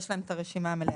יש להם את הרשימה המלאה.